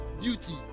beauty